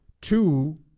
two